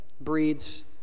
breeds